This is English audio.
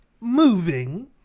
moving